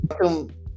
Welcome